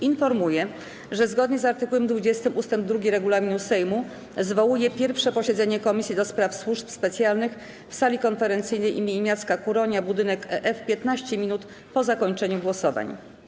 Informuję, że zgodnie art. 20 ust. 2 regulaminu Sejmu zwołuję pierwsze posiedzenie Komisji do Spraw Służb Specjalnych w sali konferencyjnej im. Jacka Kuronia, budynek F, 15 minut po zakończeniu głosowań.